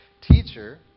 Teacher